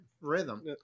rhythm